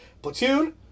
Platoon